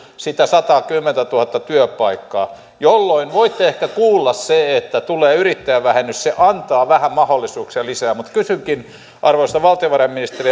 sitä sataakymmentätuhatta työpaikkaa jolloin voitte ehkä kuulla sen miksi tulee yrittäjävähennys se antaa vähän mahdollisuuksia lisää mutta kysynkin arvoisalta valtiovarainministeriltä